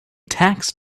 tax